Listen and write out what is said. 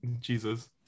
Jesus